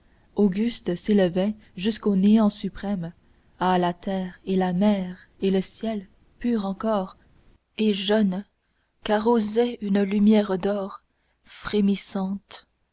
augustes s'élevaient jusqu'au néant suprême ah la terre et la mer et le ciel purs encor et jeunes qu'arrosait une lumière d'or frémissante